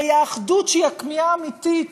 הרי האחדות, שהיא הכמיהה האמיתית